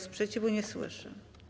Sprzeciwu nie słyszę.